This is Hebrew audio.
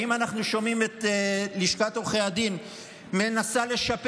האם אנחנו שומעים את לשכת עורכי הדין מנסה לשפר